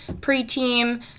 pre-team